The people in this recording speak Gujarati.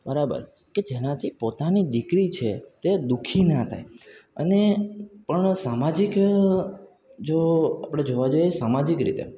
બરાબર કે જેનાથી પોતાની દીકરી છે તે દુ ખી ના થાય અને પણ સામાજિક જો આપણે જોવા જઈએ સામાજિક રીતે